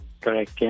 correct